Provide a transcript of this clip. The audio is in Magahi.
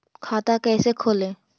खाता कैसे खोले?